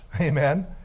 Amen